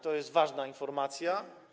To jest ważna informacja.